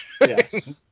Yes